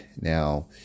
Now